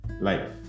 life